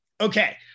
Okay